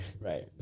Right